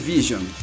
Vision